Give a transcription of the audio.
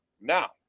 Now